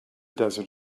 desert